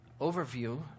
overview